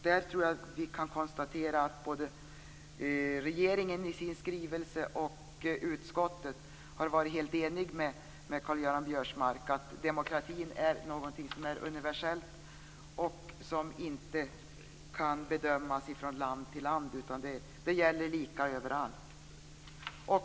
Där tror jag att vi kan konstatera att både regeringen i sin skrivelse och utskottet är helt eniga med Karl-Göran Biörsmark om att demokratin är någonting som är universellt och som inte kan bedömas från land till land, utan det gäller lika överallt.